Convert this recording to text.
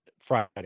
Friday